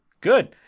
Good